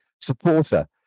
supporter